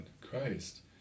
Christ